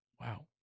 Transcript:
Wow